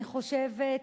אני רוצה לומר,